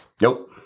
Nope